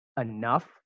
enough